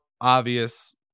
obvious